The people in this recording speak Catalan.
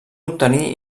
obtenir